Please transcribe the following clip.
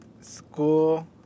school